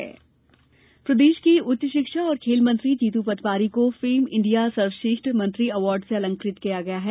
पटवारी अलंकृत प्रदेश के उच्च शिक्षा और खेल मंत्री जीतू पटवारी को फेम इंडिया सर्वश्रेष्ठ मंत्री अवार्ड से अलंकृत किया गया है